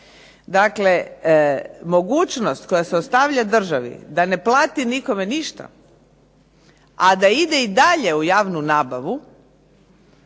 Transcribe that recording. Dakle, mogućnost koja se ostavlja državi da ne plati nikome ništa, a da ide i dalje u javnu nabavu